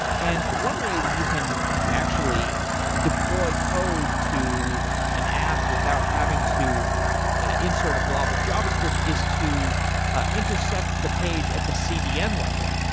and one way that you can actually deploy code to an app without having to insert a blob of javascript is to ah intercept the page at the cdn level.